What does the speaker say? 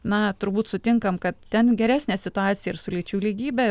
na turbūt sutinkam kad ten geresnė situacija ir su lyčių lygybe